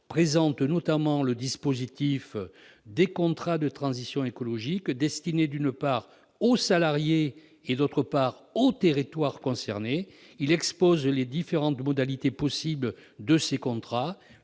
présente notamment le dispositif des contrats de transition écologique et solidaire, destinés, d'une part, aux salariés et, d'autre part, aux territoires concernés. Il expose les différentes modalités possibles de ces contrats,